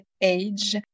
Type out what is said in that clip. age